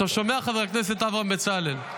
אתה שומע, חבר הכנסת אברהם בצלאל?